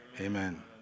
Amen